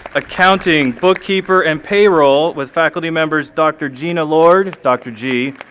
accounting, bookkeeper and payroll with faculty members dr. gina lord, dr. g,